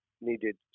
needed